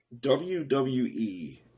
WWE